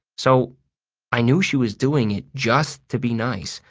so i knew she was doing it just to be nice,